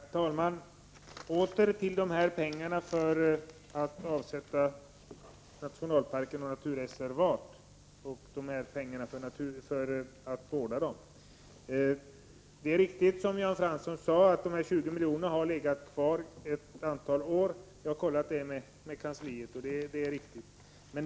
Herr talman! Åter till pengarna för bildande av nationalparker och naturreservat och pengarna för att vårda dem: Det är riktigt, som Jan Fransson sade, att dessa 20 milj.kr. legat kvar ett antal år — jag har kollat det med utskottskansliet.